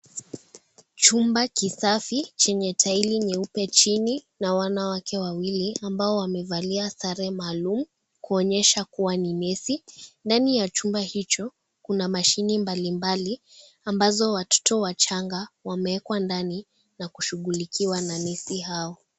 Chumba kisafi chenye(CS) tile(CS) nyeupe chini na wanawake wawili ambao wamevalia sare maalum kuonyesha kuwa ni nesi, ndani ya chumba hicho kuna mashine mbalimbali ambazo watotot wachanga wameekwa ndani na kushughulikiwa na nesi hao.